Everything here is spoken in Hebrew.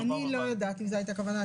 אני לא יודעת אם זו הייתה הכוונה,